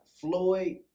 Floyd